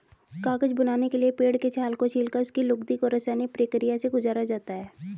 कागज बनाने के लिए पेड़ के छाल को छीलकर उसकी लुगदी को रसायनिक प्रक्रिया से गुजारा जाता है